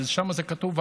שם זה כתוב,